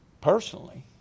personally